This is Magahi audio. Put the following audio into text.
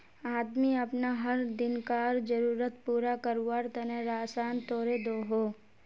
आदमी अपना हर दिन्कार ज़रुरत पूरा कारवार तने राशान तोड़े दोहों